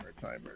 Timer